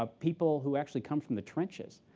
ah people who actually come from the trenches.